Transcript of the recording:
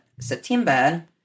September